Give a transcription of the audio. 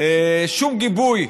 שום גיבוי.